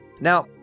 Now